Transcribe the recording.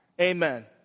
Amen